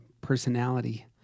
personality